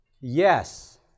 yes